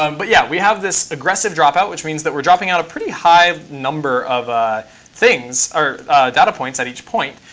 um but yeah, we have this aggressive dropout, which means that we're dropping out a pretty high number of ah things or data points at each point.